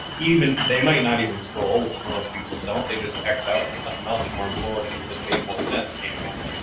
even they might not even scroll, which most people don't. they just x out to something else. more important. that made more sense came along.